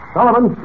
Sullivan